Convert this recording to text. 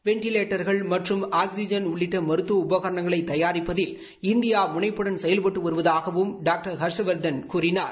வெண்லேட்டர்கள் மற்றும் ஆக்ஸிஜன் உள்ளிட்ட மருததுவ உபகரணங்களை தயாரிப்பதில் இநதியா முனைப்புடன் செயல்பட்டு வருவதாகவும் டாக்டர் ஹர்ஷவர்தன் கூறினார்